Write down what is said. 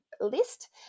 list